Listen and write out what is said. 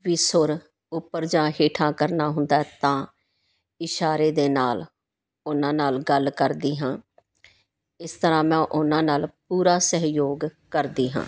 ਵੀ ਸੁਰ ਉੱਪਰ ਜਾਂ ਹੇਠਾਂ ਕਰਨਾ ਹੁੰਦਾ ਤਾਂ ਇਸ਼ਾਰੇ ਦੇ ਨਾਲ ਉਹਨਾਂ ਨਾਲ ਗੱਲ ਕਰਦੀ ਹਾਂ ਇਸ ਤਰ੍ਹਾਂ ਮੈਂ ਉਹਨਾਂ ਨਾਲ ਪੂਰਾ ਸਹਿਯੋਗ ਕਰਦੀ ਹਾਂ